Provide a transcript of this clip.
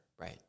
Right